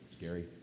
scary